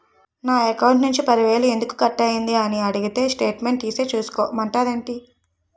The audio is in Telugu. నా అకౌంట్ నుంచి పది వేలు ఎందుకు కట్ అయ్యింది అని అడిగితే స్టేట్మెంట్ తీసే చూసుకో మంతండేటి